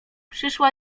przyszła